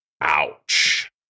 Ouch